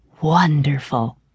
wonderful